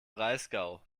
breisgau